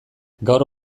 gaur